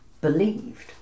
believed